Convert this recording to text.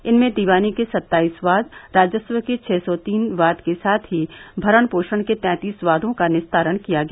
इनमें दीवानी के सत्ताईस वाद राजस्व के छः सौ तीन वाद के साथ ही भरण पोषण के तैंतीस वादो का निस्तारण किया गया